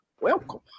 Welcome